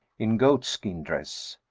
in goatskin dress.